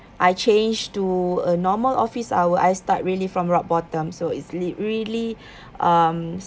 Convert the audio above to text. I change to a normal office hour I start really from rock bottom so it's li~ really um